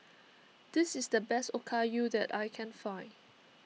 this is the best Okayu that I can find